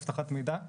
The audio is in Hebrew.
אבטחת מידע.